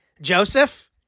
Joseph